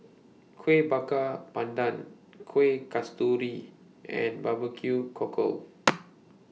Kueh Bakar Pandan Kueh Kasturi and Barbecue Cockle